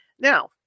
Now